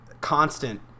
constant